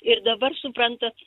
ir dabar suprantat